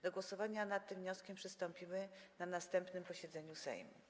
Do głosowania nad tym wnioskiem przystąpimy na następnym posiedzeniu Sejmu.